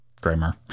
grammar